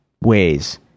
ways